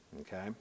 okay